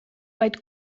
vaid